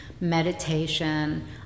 meditation